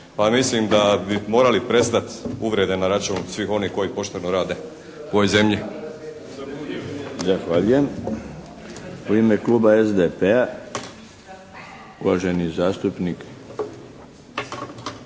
mislim da bi morali prestati uvrede na račun svih onih koji pošteno rade u ovoj zemlji.